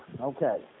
okay